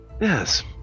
yes